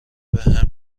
بهم